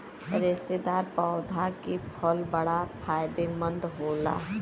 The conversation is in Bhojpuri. रेशेदार पौधा के फल बड़ा फायदेमंद होला